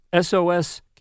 SOS